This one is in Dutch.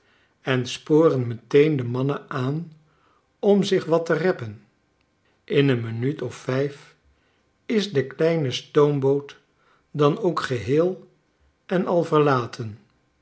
en sporen meteen de mannen aan om zich wat te reppen in een minuut of vijf is de kleine stoomboot dan ook geheel en al verlaten